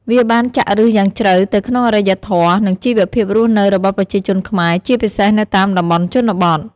វាបានចាក់ឫសយ៉ាងជ្រៅទៅក្នុងអរិយធម៌ និងជីវភាពរស់នៅរបស់ប្រជាជនខ្មែរ ជាពិសេសនៅតាមតំបន់ជនបទ។